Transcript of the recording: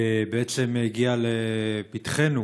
הגיעה לפתחנו